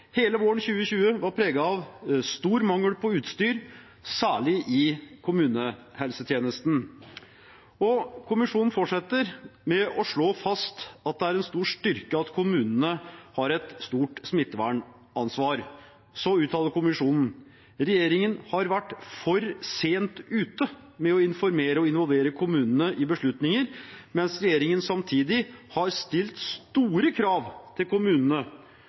Hele våren 2020 var preget av stor mangel på utstyr, særlig i kommunehelsetjenesten. Kommisjonen fortsetter med å slå fast at det er en stor styrke at kommunene har et stort smittevernansvar. Så uttaler kommisjonen at regjeringen har vært for sent ute med å informere og involvere kommunene i beslutninger, mens regjeringen samtidig har stilt store krav til kommunene,